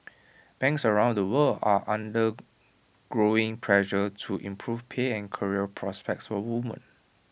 banks around the world are under growing pressure to improve pay and career prospects for women